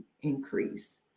increase